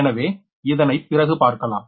எனவே இதனை பிறகு பார்க்கலாம்